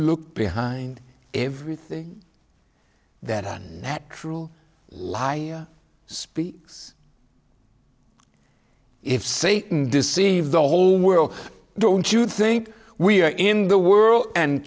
look behind everything that on that cruel lie speaks if satan deceived the whole world don't you think we are in the world and